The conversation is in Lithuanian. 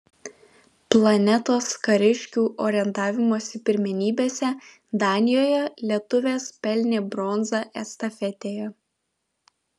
planetos kariškių orientavimosi pirmenybėse danijoje lietuvės pelnė bronzą estafetėje